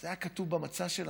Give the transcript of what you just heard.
זה היה כתוב במצע שלנו,